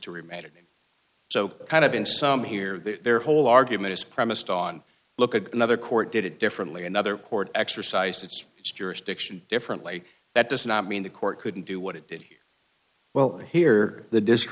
to remain so kind of in some here that their whole argument is premised on look at another court did it differently another court exercised its jurisdiction differently that does not mean the court couldn't do what it did well here the dis